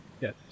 Yes